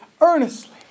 earnestly